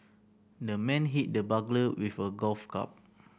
the man hit the burglar with a golf club